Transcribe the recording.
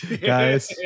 guys